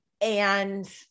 And-